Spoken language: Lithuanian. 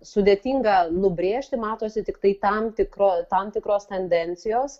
sudėtinga nubrėžti matosi tiktai tam tikro tam tikros tendencijos